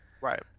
Right